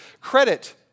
Credit